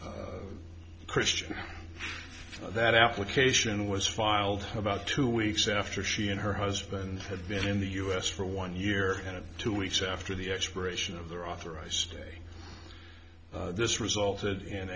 a christian that application was filed about two weeks after she and her husband had been in the u s for one year and two weeks after the expiration of their authorized day this resulted in